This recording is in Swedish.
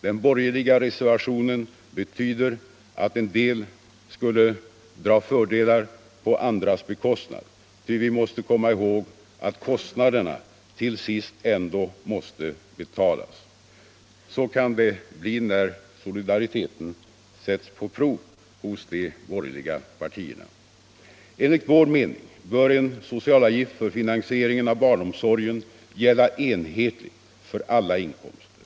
Den borgerliga reservationen betyder att en del skulle få fördelar på andras bekostnad, tv vi måste komma ihåg att kostnaderna till sist ändå måste betalas. Så kan det bli när solidariteten sätts på prov hos de borgerliga partierna. Enligt vår mening bör en socialavgift för finansieringen av barnomsorgen gälla enhetligt för alla inkomster.